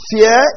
Fear